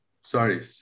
sorry